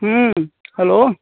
हुँ हेलो